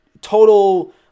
total